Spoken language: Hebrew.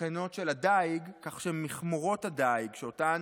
התקנות של הדיג, כך שמכמורת הדיג, שאותן